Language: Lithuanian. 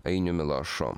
ainiumi lašu